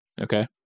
Okay